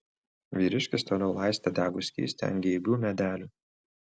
vyriškis toliau laistė degų skystį ant geibių medelių